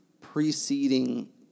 preceding